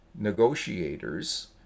negotiators